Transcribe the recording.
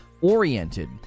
oriented